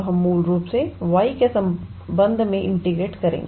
हम मूल रूप से y के संबंध में इंटीग्रेट करेंगे